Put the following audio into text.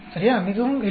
மிகவும் எளிமையானது